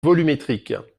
volumétrique